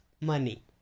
money